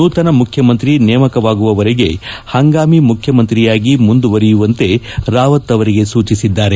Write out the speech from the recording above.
ನೂತನ ಮುಖ್ಯಮಂತ್ರಿ ನೇಮಕವಾಗುವರೆಗೆ ಪಂಗಾಮಿ ಮುಖ್ಯಮಂತ್ರಿಯಾಗಿ ಮುಂದುವರಿಯುವಂತೆ ರಾವತ್ ಅವರಿಗೆ ಸೂಚಿಸಿದ್ದಾರೆ